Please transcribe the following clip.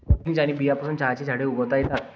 cuttings आणि बियांपासून चहाची झाडे उगवता येतात